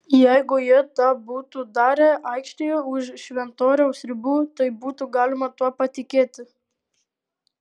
jeigu jie tą būtų darę aikštėje už šventoriaus ribų tai būtų galima tuo patikėti